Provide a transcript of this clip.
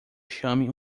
chame